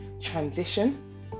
transition